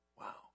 Wow